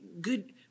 good